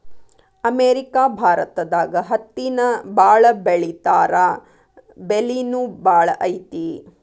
America ಭಾರತದಾಗ ಹತ್ತಿನ ಬಾಳ ಬೆಳಿತಾರಾ ಬೆಲಿನು ಬಾಳ ಐತಿ